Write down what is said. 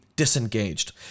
disengaged